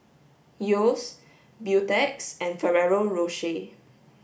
Yeo's Beautex and Ferrero Rocher